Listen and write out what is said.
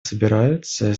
собираются